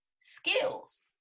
skills